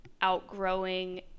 outgrowing